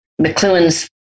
McLuhan's